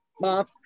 Mom